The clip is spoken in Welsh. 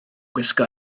gwisgo